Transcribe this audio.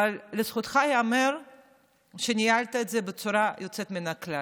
אבל לזכותך ייאמר שניהלת את זה בצורה יוצאת מן הכלל.